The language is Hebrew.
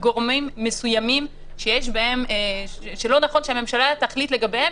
גורמים מסוימים שלא נכון שהממשלה תחליט לגביהם,